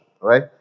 right